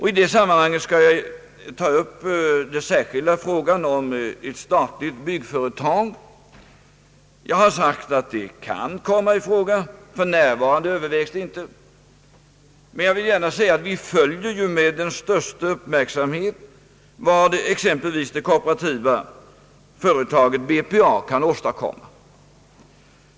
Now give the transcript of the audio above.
I det sammanhanget skall jag ta upp den särskilda frågan om ett statligt byggnadsföretag. Jag har sagt att det kan komma i fråga. För närvarande övervägs det inte, men vi följer med den största uppmärksamhet vad exempelvis det kooperativa företaget BPA kan åstadkomma.